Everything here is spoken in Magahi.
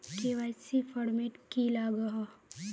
के.वाई.सी फॉर्मेट की लागोहो?